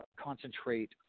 concentrate